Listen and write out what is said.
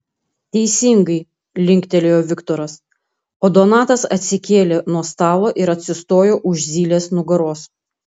teisingai linktelėjo viktoras o donatas atsikėlė nuo stalo ir atsistojo už zylės nugaros